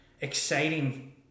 exciting